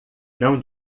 não